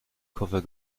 koffer